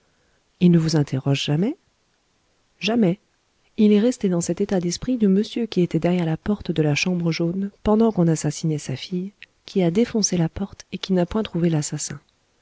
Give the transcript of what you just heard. il ne vous interroge jamais jamais il est resté dans cet état d'esprit du monsieur qui était derrière la porte de la chambre jaune pendant qu'on assassinait sa fille qui a défoncé la porte et qui n'a point trouvé l'assassin